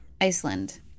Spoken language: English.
Iceland